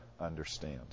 understand